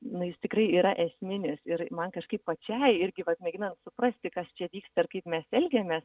na jis tikrai yra esminis ir man kažkaip pačiai irgi vat mėginant suprasti kas čia vyksta kaip mes elgiamės